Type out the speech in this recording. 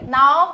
now